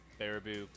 Baraboo